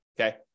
okay